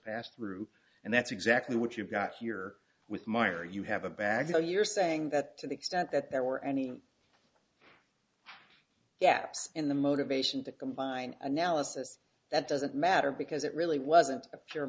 passed through and that's exactly what you've got here with meyer you have a bagful you're saying that to the extent that there were any yaps in the motivation to combine analysis that doesn't matter because it really wasn't a pure